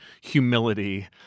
humility